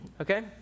Okay